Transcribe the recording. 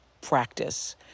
practice